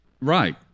Right